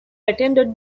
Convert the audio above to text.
attended